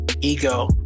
ego